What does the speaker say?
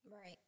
Right